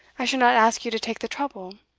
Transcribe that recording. i should not ask you to take the trouble.